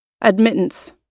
Admittance